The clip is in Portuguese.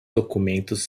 documentos